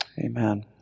amen